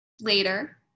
later